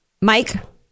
Mike